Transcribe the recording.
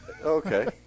Okay